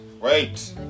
wait